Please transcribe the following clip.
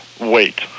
wait